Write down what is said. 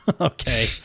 Okay